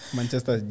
Manchester